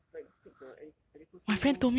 like take the ali~ aliquot so long